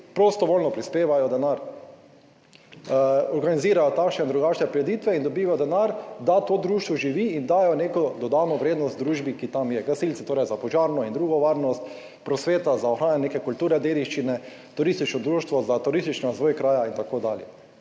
prostovoljno, prispevajo denar, organizirajo takšne in drugačne prireditve in dobijo denar, da to društvo živi in dajo neko dodano vrednost družbi, ki tam je, gasilci torej za požarno in drugo varnost, prosveta za ohranjanje neke kulturne dediščine, turistično društvo za turistični razvoj kraja in tako dalje,